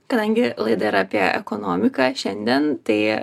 kadangi laida yra apie ekonomiką šiandien tai